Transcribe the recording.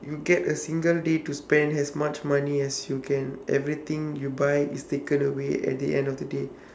you get a single day to spend as much money as you can everything you buy is taken away at the end of the day